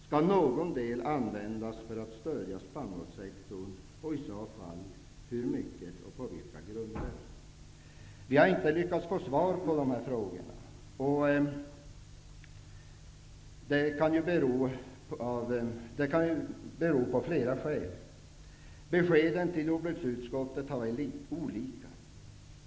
Skall någon del användas för att stödja spannmålssektorn och i så fall hur stor del och på vilka grunder? Vi har inte lyckats få svar på dessa frågor. Det kan finnas flera skäl till det. Beskeden till jordbruksutskottet har varit olika.